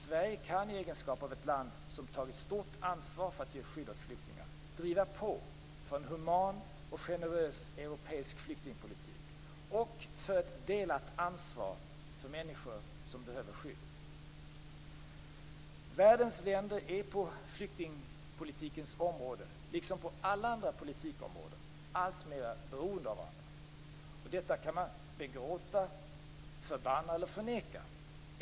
Sverige kan i egenskap av ett land som tagit stort ansvar för att ge skydd åt flyktingar driva på för en human och generös europeisk flyktingpolitik och för ett delat ansvar för människor som behöver skydd. Världens länder är på flyktingpolitikens område, liksom på alla andra politikområden, alltmera beroende av varandra. Detta kan man begråta, förbanna eller förneka.